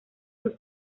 sus